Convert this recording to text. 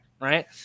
right